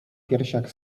piersiach